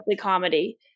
comedy